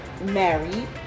married